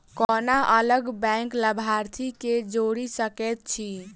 कोना अलग बैंकक लाभार्थी केँ जोड़ी सकैत छी?